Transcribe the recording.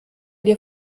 dir